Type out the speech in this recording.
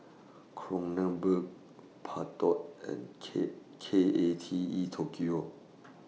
Kronenbourg Bardot and K K A T E Tokyo